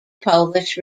polish